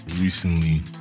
recently